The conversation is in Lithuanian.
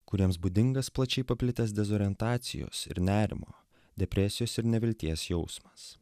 kuriems būdingas plačiai paplitęs dezorientacijos ir nerimo depresijos ir nevilties jausmas